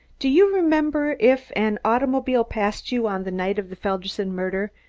do you remember if an automobile passed you on the night of the felderson murder,